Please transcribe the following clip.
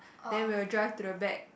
then we will drive to the back